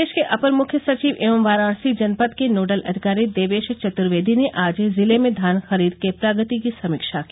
प्रदेश के अपर मुख्य सचिव एवं वाराणसी जनपद के नोडल अधिकारी देवेश चत्र्वेदी ने आज जिले में धान खरीद के प्रगति की समीक्षा की